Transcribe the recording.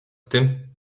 tym